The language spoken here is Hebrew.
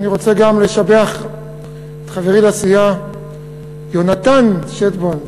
אני רוצה גם לשבח את חברי לסיעה יונתן שטבון,